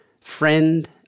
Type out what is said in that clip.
friend